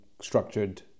structured